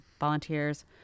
volunteers